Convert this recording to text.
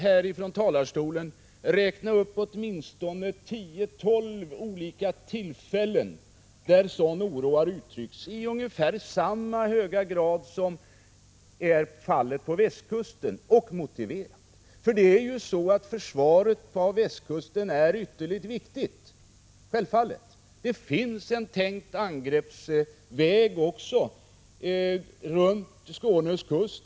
Härifrån talarstolen skulle jag kunna räkna upp åtminstone tio tolv olika tillfällen då sådan oro har uttryckts i ungefär samma höga grad som är fallet på västkusten — och motiverat. Det är ju så att försvaret av västkusten är ytterligt viktigt — självfallet. Det finns en tänkt angreppsväg också runt Skånes kust.